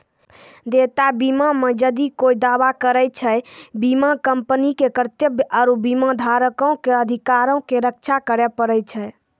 देयता बीमा मे जदि कोय दावा करै छै, बीमा कंपनी के कर्तव्य आरु बीमाधारको के अधिकारो के रक्षा करै पड़ै छै